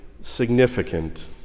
significant